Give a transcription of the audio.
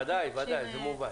ודאי, זה מובן.